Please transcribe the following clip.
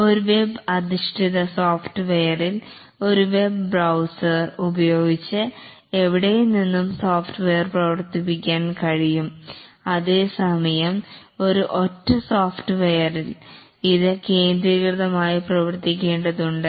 ഒരു വെബ് അധിഷ്ഠിത സോഫ്റ്റ്വെയറിൽ ഒരു വെബ് ബ്രൌസർ ഉപയോഗിച്ച് എവിടെ നിന്നും സോഫ്റ്റ്വെയർ പ്രവർത്തിപ്പി ക്കാൻ കഴിയും അതേസമയം ഒരു സ്വയം പ്രവർത്തിക്കുന്ന സോഫ്റ്റ്വെയറിൽ ഇത് കേന്ദ്രീകൃതമായി പ്രവർത്തിക്കേണ്ടതുണ്ട്